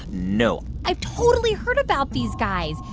no i've totally heard about these guys.